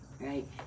right